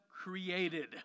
created